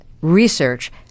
research